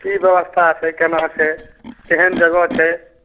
की व्यवस्था छै केना छै केहन जगह छै